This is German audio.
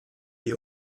die